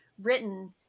written